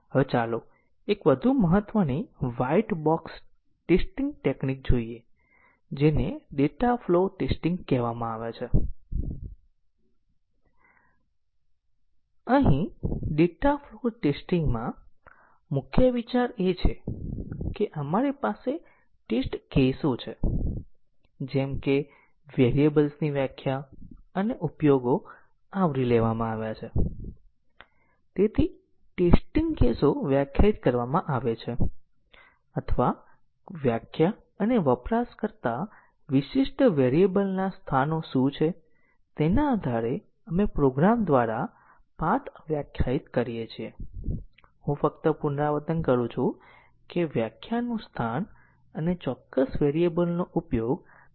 હવે ચાલો પાથના લીનીયર રીતે ઈન્ડીપેન્ડન્ટ સમૂહનું ઉદાહરણ જોઈએ જો આપણે પાથના લીનીયર રીતે ઈન્ડીપેન્ડન્ટ સમૂહને જોઈએ અહીં જો આપણી પાસે 1 4 હોય જો 1 સ્ટાર્ટ નોડ હોય અને 4 ટર્મિનલ નોડ 1 4 હોય પાથ 1 2 3 4 પણ એક રસ્તો છે પરંતુ તે લીનીયર રીતે ઈન્ડીપેન્ડન્ટ માર્ગ નથી કારણ કે બીજો રસ્તો ખરેખર નવી ધાર રજૂ કરતો નથી